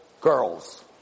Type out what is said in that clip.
girls